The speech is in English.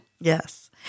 Yes